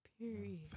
period